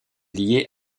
liés